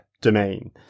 Domain